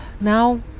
now